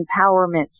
empowerment